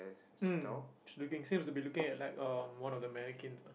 mm she looking seems to be looking at uh one of the mannequins ah